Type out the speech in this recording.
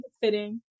fitting